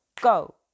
go